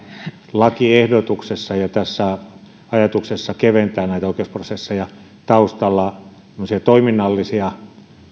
lakiehdotuksessa ja tässä ajatuksessa keventää näitä oikeusprosesseja taustalla toiminnallisia